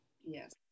yes